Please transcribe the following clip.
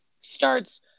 starts